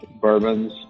bourbons